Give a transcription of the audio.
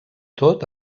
tot